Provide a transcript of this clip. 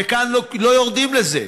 וכאן לא יורדים לזה,